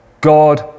God